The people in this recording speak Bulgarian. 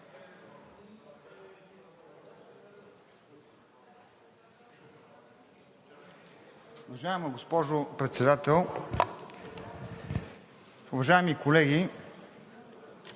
Уважаема госпожо Председател, уважаеми колеги!